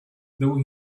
though